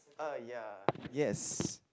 uh ya yes